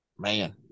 Man